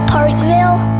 Parkville